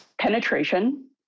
Penetration